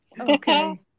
Okay